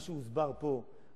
מה שהוסבר פה,